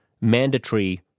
mandatory